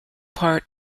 part